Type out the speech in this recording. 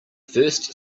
first